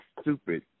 stupid